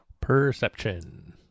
Perception